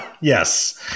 Yes